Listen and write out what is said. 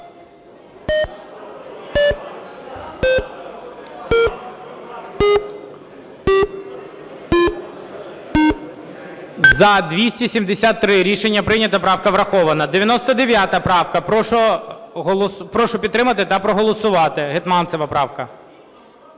За-273 Рішення прийнято. Правка врахована. 99 правка. Прошу підтримати та проголосувати. Гетманцева правка.